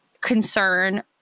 concern